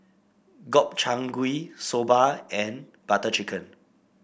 Gobchang Gui Soba and Butter Chicken